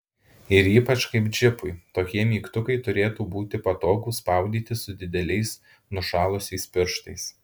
ir ypač kaip džipui tokie mygtukai turėtų būti patogūs spaudyti su dideliais nušalusiais pirštais